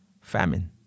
famine